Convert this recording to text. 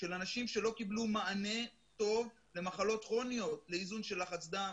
של אנשים שלא קיבלו מענה טוב למחלות כרוניות לאיזון של לחץ דם,